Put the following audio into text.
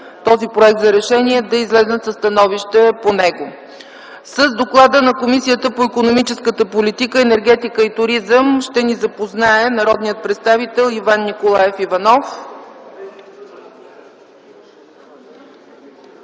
този Проект за решение, да излязат със становища по него. С доклада на Комисията по икономическата политика, енергетика и туризъм ще ни запознае народният представител Иван Николаев Иванов.